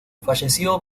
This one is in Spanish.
falleció